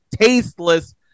tasteless